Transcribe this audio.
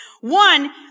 One